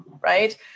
right